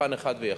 מבחן אחד ויחיד: